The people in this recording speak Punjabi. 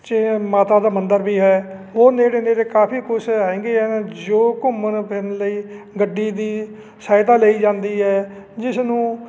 ਚ ਮਾਤਾ ਦਾ ਮੰਦਰ ਵੀ ਹੈ ਉਹ ਨੇੜੇ ਨੇੜੇ ਕਾਫੀ ਕੁਛ ਹੈਗੇ ਐਂ ਜੋ ਘੁੰਮਣ ਫਿਰ ਲਈ ਗੱਡੀ ਦੀ ਸਹਾਇਤਾ ਲਈ ਜਾਂਦੀ ਹੈ ਜਿਸ ਨੂੰ